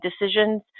decisions